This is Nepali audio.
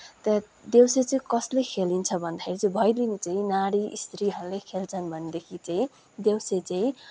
त्यहाँ देउसी चाहिँ कसले खेलिन्छ भन्दाखेरि चाहिँ भैलिनी चाहिँ नारी स्त्रीहरूले खेल्छन भनेदेखि चाहिँ देउसी चाहिँ